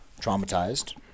traumatized